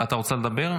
אתה רוצה לדבר?